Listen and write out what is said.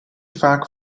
vaak